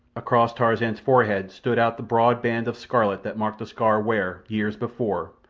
across tarzan's forehead stood out the broad band of scarlet that marked the scar where, years before,